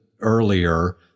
earlier